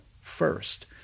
first